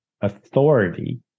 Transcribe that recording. authority